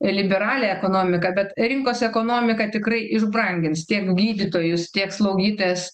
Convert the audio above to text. liberalią ekonomiką bet rinkos ekonomika tikrai išbrangins tiek gydytojus tiek slaugytojas